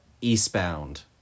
eastbound